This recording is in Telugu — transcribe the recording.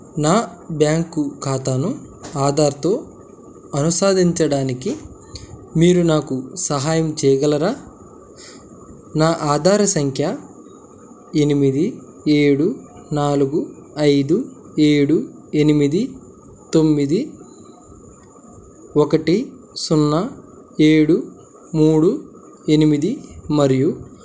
నా బ్యాంకు ఖాతాను ఆధార్తో అనుసాదించడానికి మీరు నాకు సహాయం చేయగలరా నా ఆధార సంఖ్య ఎనిమిది ఏడు నాలుగు ఐదు ఏడు ఎనిమిది తొమ్మిది ఒకటి సున్నా ఏడు మూడు ఎనిమిది మరియు